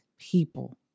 people